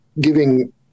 giving